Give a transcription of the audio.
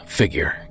figure